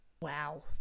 Wow